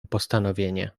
postanowienie